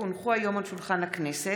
כי הונחו היום על שולחן הכנסת,